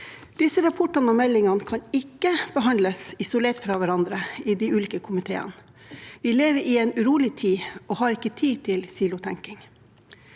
De kan heller ikke behandles isolert fra hverandre i de ulike komiteene. Vi lever i en urolig tid og har ikke tid til silotenking.